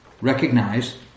recognize